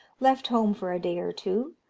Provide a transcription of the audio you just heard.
left home for a day or two,